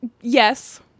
yes